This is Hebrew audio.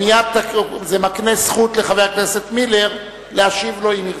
זה מקנה זכות לחבר הכנסת מילר להשיב לו, אם ירצה.